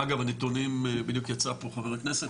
אגב הנתונים בדיוק יצתאה פה חברת הכנסת,